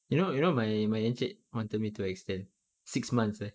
you know you know my my encik wanted me to extend six months eh